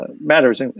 matters